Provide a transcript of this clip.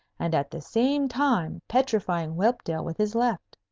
and at the same time petrifying whelpdale with his left.